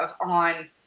on